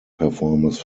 performers